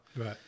right